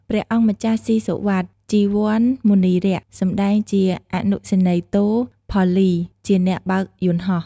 ព្រះអង្គម្ចាស់ ស៊ីសុវត្ថិ ជីវ័នមុនីរក្ស សម្តែងជាអនុសេនីយ៍ទោ ផល្លី ជាអ្នកបើកយន្តហោះ។